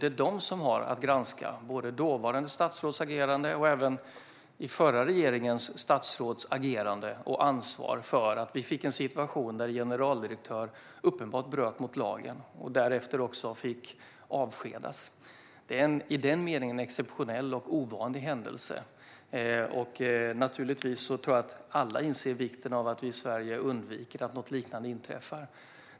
Det är det utskottet som har att granska statsråds, även den förra regeringens statsråds, agerande och ansvar för att det blev en situation där en generaldirektör uppenbart bröt mot lagen och därefter också avskedades. Det är i den meningen en exceptionell och ovanlig händelse. Jag tror att alla inser vikten av att vi undviker att något liknande inträffar i Sverige.